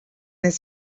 his